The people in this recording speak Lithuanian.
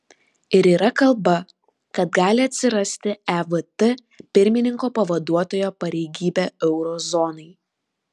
ir yra kalba kad gali atsirasti evt pirmininko pavaduotojo pareigybė euro zonai